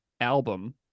album